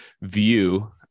view